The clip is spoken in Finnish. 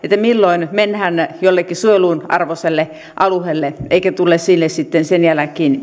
milloin mennään jollekin suojelun arvoiselle alueelle eikä mennä sinne sitten sen jälkeen